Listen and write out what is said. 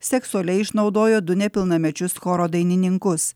seksualiai išnaudojo du nepilnamečius choro dainininkus